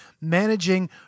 managing